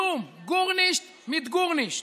כלום, גורנישט מיט גורנישט.